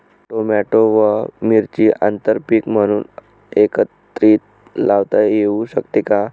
Tomato व मिरची आंतरपीक म्हणून एकत्रित लावता येऊ शकते का?